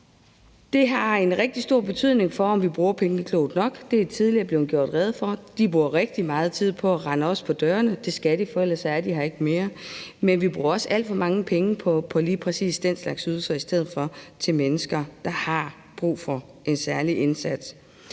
Det har en rigtig stor betydning for, om vi bruger pengene klogt nok. Det er der tidligere blevet gjort rede for. De bruger rigtig meget tid på at rende os på dørene, og det skal de, for ellers er de her ikke mere. Men vi bruger også alt for mange penge på lige præcis den slags ydelser i stedet for at bruge dem på mennesker, der har brug for en særlig indsats.